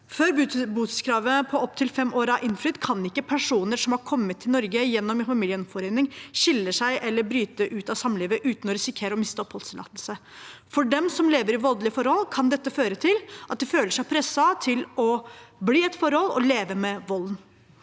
Før botidskravet på opptil fem år er innfridd, kan ikke personer som er kommet til Norge gjennom en familiegjenforening, skille seg eller bryte ut av samlivet uten å risikere å miste oppholdstillatelsen. For dem som lever i voldelige forhold, kan dette føre til at de føler seg presset til å bli i et forhold og leve med volden.